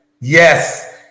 yes